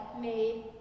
made